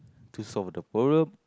to solve the problem